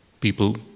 People